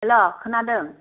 हेल' खोनादों